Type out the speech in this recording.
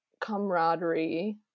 camaraderie